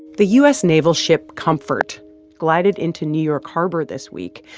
the u s. naval ship comfort glided into new york harbor this week,